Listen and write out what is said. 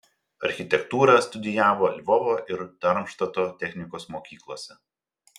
architektūrą studijavo lvovo ir darmštato technikos mokyklose